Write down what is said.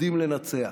יודעים לנצח.